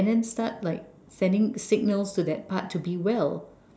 and then start like sending signals to that part to be well